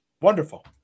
wonderful